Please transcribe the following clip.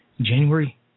January